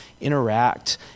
interact